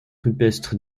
rupestre